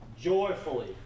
joyfully